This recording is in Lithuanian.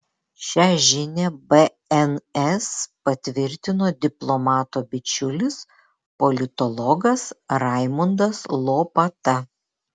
šią žinią bns patvirtino diplomato bičiulis politologas raimundas lopata